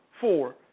four